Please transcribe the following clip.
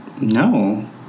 no